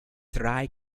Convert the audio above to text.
drei